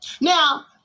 Now